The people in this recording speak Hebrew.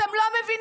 אתם לא מבינים?